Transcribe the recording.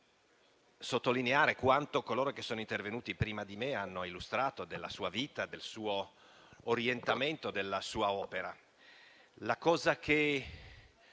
sottolineare quanto coloro che sono intervenuti prima di me hanno illustrato della sua vita, del suo orientamento e della sua opera. La cosa che